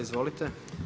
Izvolite.